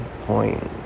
point